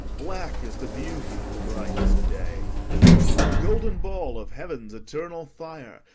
black is the beauty of the brightest day the golden ball of heaven's eternal fire,